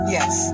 Yes